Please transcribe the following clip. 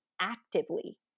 actively